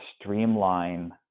streamline